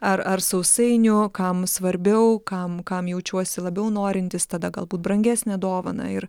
ar ar sausainių kam svarbiau kam kam jaučiuosi labiau norintis tada galbūt brangesnę dovaną ir